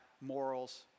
morals